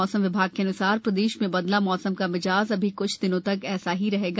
मौसम विभाग के अन्सार प्रदेश में बदला मौसम का मिजाज अभी कुछ दिनों तक ऐसा ही बना रहेगा